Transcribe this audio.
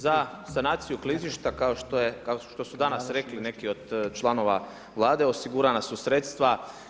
Za sanaciju klizišta kao što su danas rekli neki od članova Vlade osigurana su sredstva.